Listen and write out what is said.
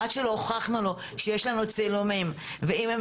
עד שלא הוכחנו לו שיש לנו צילומים ואם הם